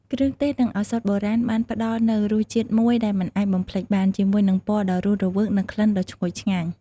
គ្រឿងទេស និងឱសថបុរាណបានផ្តល់នូវរសជាតិមួយដែលមិនអាចបំភ្លេចបាន ជាមួយនឹងពណ៌ដ៏រស់រវើក និងក្លិនដ៏ឈ្ងុយឆ្ងាញ់។